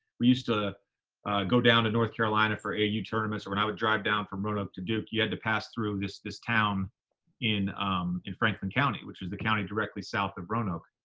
we used to go down to north carolina for ah aau tournaments, or when i would drive down from roanoke to duke, you had to pass through this this town in in franklin county, which is the county directly south of roanoke.